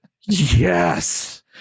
Yes